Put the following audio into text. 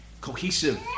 cohesive